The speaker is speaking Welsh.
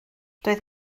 doedd